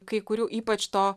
kai kurių ypač to